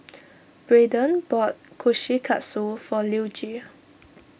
Braeden bought Kushikatsu for Luigi